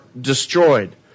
destroyed